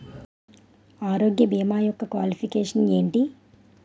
ఆరోగ్య భీమా యెక్క క్వాలిఫికేషన్ ఎంటి?